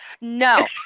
No